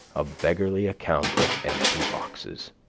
a beggarly account of empty boxes?